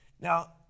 Now